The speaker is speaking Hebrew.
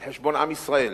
על-חשבון עם ישראל,